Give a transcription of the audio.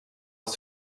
els